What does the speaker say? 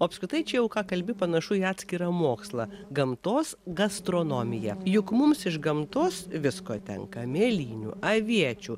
o apskritai čia jau ką kalbi panašu į atskirą mokslą gamtos gastronomiją juk mums iš gamtos visko tenka mėlynių aviečių